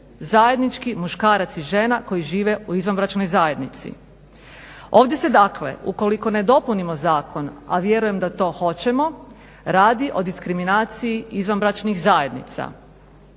zajednički muškarac i žena koji žive u izvanbračnoj zajednici. Ovdje se dakle ukoliko ne dopunimo zakon, a vjerujem da to hoćemo, radi o diskriminaciji izvanbračnih zajednica.